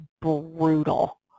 brutal